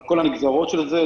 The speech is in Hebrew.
על כל הנגזרות של זה,